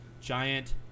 giant